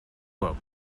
rope